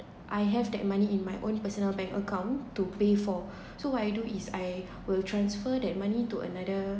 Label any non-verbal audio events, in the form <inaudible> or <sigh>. I have that money in my own personal bank account to pay for <breath> so what I do is I will transfer that money to another